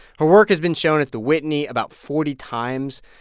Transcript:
her work has been shown at the whitney about forty times.